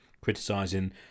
criticising